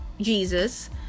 Jesus